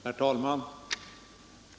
Herr talman!